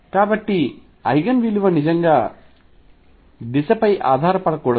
కాబట్టి ఐగెన్ విలువ నిజంగా దిశపై ఆధారపడకూడదు